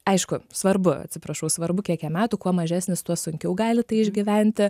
aišku svarbu atsiprašau svarbu kiek jam metų kuo mažesnis tuo sunkiau gali tai išgyventi